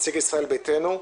נציג ישראל ביתנו,